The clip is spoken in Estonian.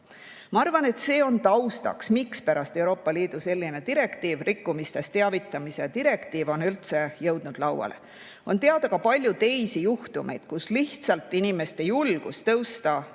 Ma arvan, et see on taustaks, mispärast Euroopa Liidu selline direktiiv, rikkumistest teavitamise direktiiv on üldse lauale jõudnud. On teada ka palju teisi juhtumeid, kui lihtsalt inimeste julgus tõusta